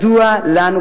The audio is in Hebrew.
מדוע לנו,